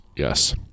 Yes